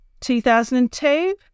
2002